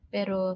Pero